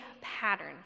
pattern